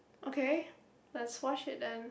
okay let's watch it then